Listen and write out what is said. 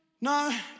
No